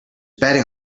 betting